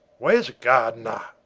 where's gardiner?